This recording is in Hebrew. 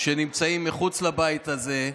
שנמצאים מחוץ לבית הזה,